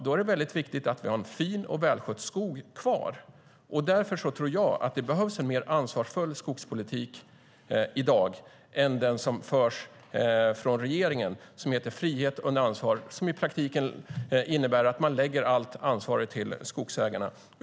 Då är det viktigt att vi har en fin och välskött skog kvar. Därför tror jag att det behövs en mer ansvarsfull skogspolitik i dag än den som förs från regeringen, som heter frihet under ansvar och som i praktiken innebär att man lägger allt ansvar på skogsägarna.